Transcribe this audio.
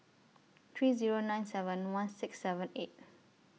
three Zero nine seven one six seven eight